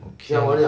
okay